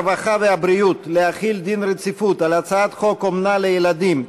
הרווחה והבריאות להחיל דין רציפות על הצעת חוק אומנה לילדים,